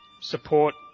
support